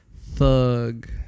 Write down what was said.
Thug